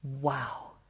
Wow